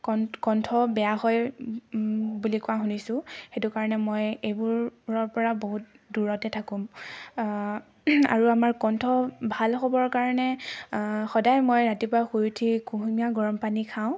কণ্ঠ বেয়া হয় বুলি কোৱা শুনিছোঁ সেইটো কাৰণে মই এইবোৰৰ পৰা বহুত দূৰতে থাকোঁ আৰু আমাৰ কণ্ঠ ভাল হ'বৰ কাৰণে সদায় মই ৰাতিপুৱা শুই উঠি কুহুমীয়া গৰম পানী খাওঁ